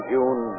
June